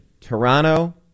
Toronto